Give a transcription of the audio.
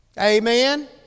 Amen